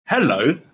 Hello